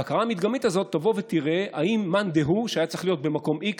הבקרה מדגמית הזאת תראה אם מאן דהוא שהיה צריך להיות במקום x,